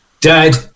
Dad